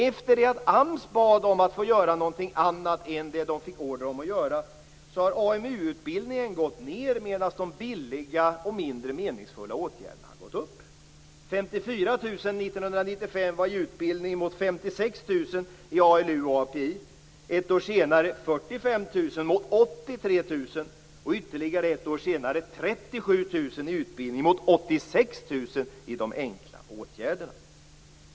Efter det att AMS bad om att få göra något annat än det som de fick order om att göra har AMU-utbildningen gått ned medan de billiga och mindre meningsfulla åtgärderna har gått upp. 1995 var 54 000 i utbildning, mot 56 000 i ALU och API. Ett år sedan var det 45 000 mot 83 000, och ytterligare ett år senare var 37 000 i utbildning mot 86 000 i de enkla åtgärderna.